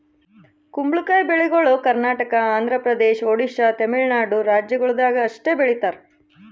ಕುಂಬಳಕಾಯಿ ಬೆಳಿಗೊಳ್ ಕರ್ನಾಟಕ, ಆಂಧ್ರ ಪ್ರದೇಶ, ಒಡಿಶಾ, ತಮಿಳುನಾಡು ರಾಜ್ಯಗೊಳ್ದಾಗ್ ಅಷ್ಟೆ ಬೆಳೀತಾರ್